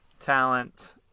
talent